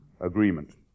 agreement